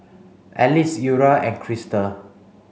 Alize Eura and Crystal